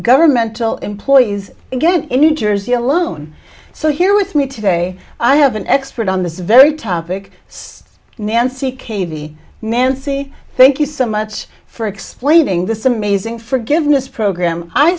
governmental employees again in new jersey alone so here with me today i have an expert on this very topic nancy katie nancy thank you so much for explaining this amazing forgiveness program i